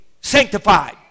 sanctified